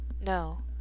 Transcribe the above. No